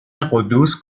قدوس